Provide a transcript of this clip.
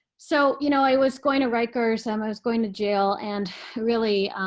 so you know i was going to rikers. um i was going to jail. and really,